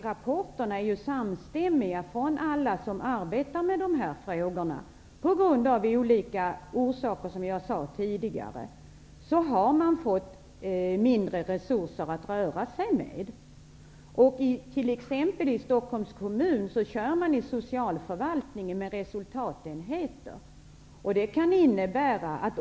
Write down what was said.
Rapporterna från alla som arbetar med de här frågorna är samstämmiga. Av olika orsaker, som jag sade tidigare, har man fått mindre resurser att röra sig med. I Stockholms kommun t.ex. kör man med resultatenheter inom Socialförvaltningen.